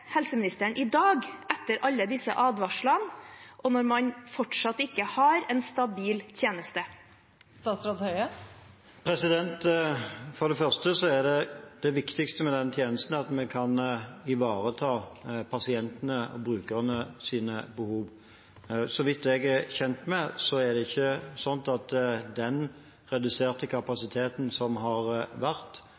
helseministeren i dag, etter alle disse advarslene, og når man fortsatt ikke har en stabil tjeneste? For det første er det viktigste med denne tjenesten at vi kan ivareta pasientenes og brukernes behov. Så vidt jeg er kjent med, har ikke den reduserte